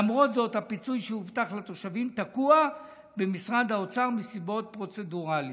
למרות זאת הפיצוי שהובטח לתושבים תקוע במשרד האוצר מסיבות פרוצדורליות,